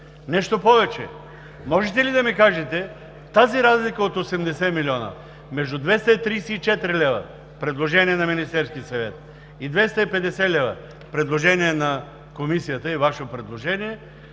Нещо повече, може ли да ми кажете тази разлика от 80 милиона – между 234 лв., предложение на Министерския съвет, и 250 лв., предложение на Комисията и Ваше предложение,